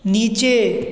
नीचे